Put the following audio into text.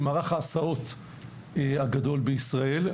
עם מערך ההסעות הגדול בישראל.